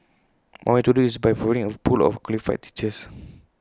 one way to do this is by providing A pool of qualified teachers